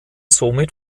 somit